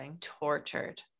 tortured